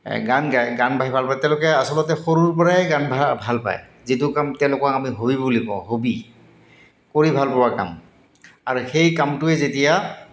গান গাই গান গাই ভাল পায় তেওঁলোকে আচলতে সৰুৰ পৰাই গান ভ ভাল পায় যিটো কাম তেওঁলোকক আমি হবি বুলি কওঁ হবি কৰি ভাল পোৱা কাম আৰু সেই কামটোৱে যেতিয়া